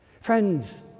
Friends